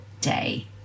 day